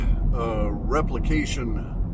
replication